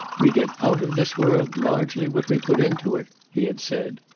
we get out of this world largely what we put into it, he had said.